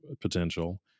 potential